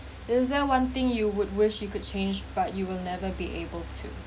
is there one thing you would wish you could change but you will never be able to